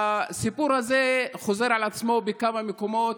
הסיפור הזה חוזר על עצמו בכמה מקומות.